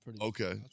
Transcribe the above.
okay